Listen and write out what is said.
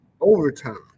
overtime